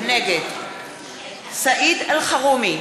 נגד סעיד אלחרומי,